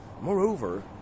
moreover